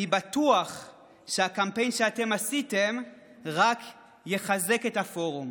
אני בטוח שהקמפיין שאתם עשיתם רק יחזק את הפורום.